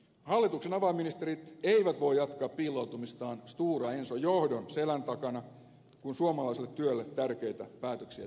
hallituksen avainministerit eivät voi jatkaa piiloutumistaan stora enson johdon selän takana kun suomalaiselle työlle tärkeitä päätöksiä tehdään